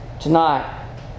tonight